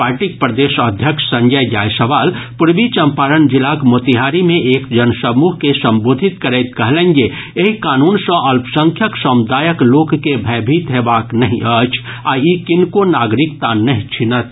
पार्टीक प्रदेश अध्यक्ष संजय जायसवाल पूर्वी चंपारण जिलाक मोतिहारी मे एक जनसमूह के संबोधित करैत कहलनि जे एहि कानून सॅ अल्पसंख्यक समुदायक लोक के भयभ्ज्ञीत होयबाक आवश्यकता नहि अछि आ ई किनको नागरिकता नहि छीनत